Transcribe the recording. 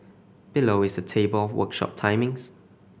below is a table of workshop timings